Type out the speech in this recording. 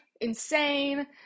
insane